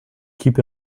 keep